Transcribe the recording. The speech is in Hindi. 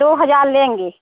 दो हज़ार लेंगे